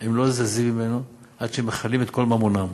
ולא זזים ממנו עד שהם מכלים את כל ממונם.